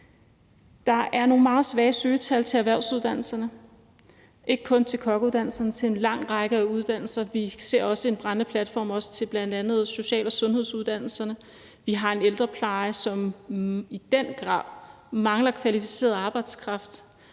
Der er nogle meget svage søgetal til erhvervsuddannelserne, ikke kun til kokkeuddannelserne, men til en lang række af uddannelser. Vi ser også en brændende platform i forhold til bl.a. social- og sundhedsuddannelserne. Vi har en ældrepleje, som i den grad mangler kvalificeret arbejdskraft,